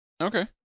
Okay